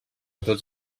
tots